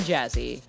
Jazzy